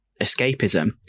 escapism